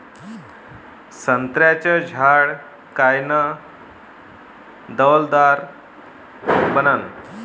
संत्र्याचं झाड कायनं डौलदार बनन?